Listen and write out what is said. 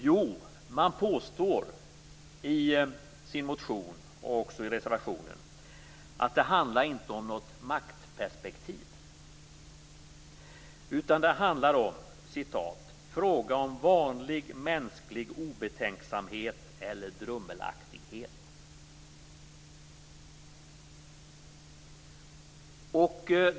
Jo, man påstår i sin motion och i reservationen att det inte handlar om något maktperspektiv utan att det är "fråga om vanlig mänsklig obetänksamhet eller drummelaktighet".